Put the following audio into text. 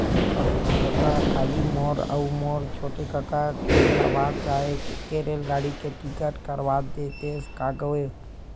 कका काली मोर अऊ मोर छोटे कका के इलाहाबाद जाय के रेलगाड़ी के टिकट करवा देतेस का गो